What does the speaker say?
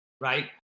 right